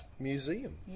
Museum